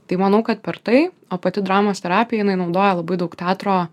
tai manau kad per tai o pati dramos terapija jinai naudoja labai daug teatro